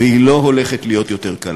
והיא לא הולכת להיות יותר קלה.